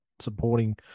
supporting